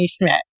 Schmidt